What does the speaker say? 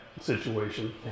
situation